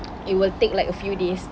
it will take like a few days